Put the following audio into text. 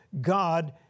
God